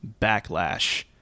backlash